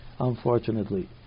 unfortunately